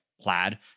Plaid